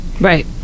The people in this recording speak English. right